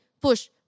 Push